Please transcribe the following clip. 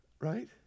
Right